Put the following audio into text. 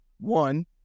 one